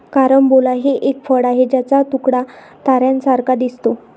carambola हे एक फळ आहे ज्याचा तुकडा ताऱ्यांसारखा दिसतो